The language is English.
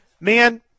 man